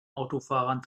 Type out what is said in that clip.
autofahrern